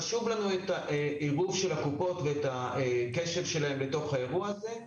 חשוב לנו העירוב של הקופות והקשב שלהן לאירוע הזה.